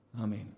Amen